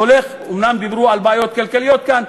אומנם דיברו על בעיות כלכליות כאן,